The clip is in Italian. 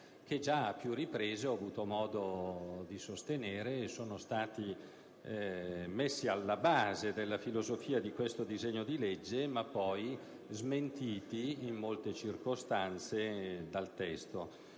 che a più riprese ho avuto modo di sostenere e che sono stati posti alla base della filosofia di questo disegno di legge, ma poi in smentiti in molte circostanze dal testo.